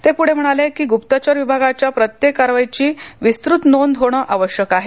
ते पुढे म्हणाले कि गुप्तचर विभागाच्या प्रत्येक कारवाईची विस्तृत नोंद होणं आवश्यक आहे